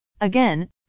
Again